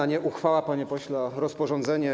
To nie uchwała, panie pośle, a rozporządzenie.